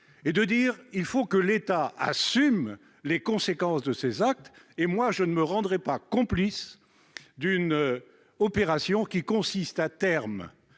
et dire qu'il faut que l'État assume les conséquences de ses actes. Je ne me rendrai pas complice d'une opération consistant, à terme,